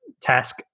task